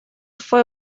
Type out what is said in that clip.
fue